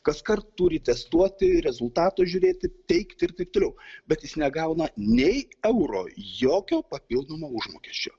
kaskart turi testuoti rezultatus žiūrėti teikti ir taip toliau bet jis negauna nei euro jokio papildomo užmokesčio